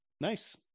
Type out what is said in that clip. Nice